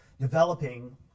developing